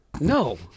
No